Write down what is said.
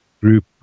group